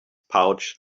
pouch